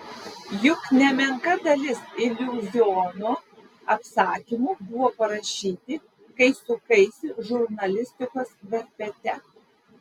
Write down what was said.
juk nemenka dalis iliuziono apsakymų buvo parašyti kai sukaisi žurnalistikos verpete